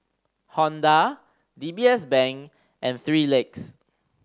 Honda D B S Bank and Three Legs